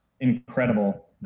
incredible